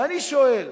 ואני שואל: